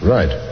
Right